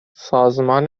سازمان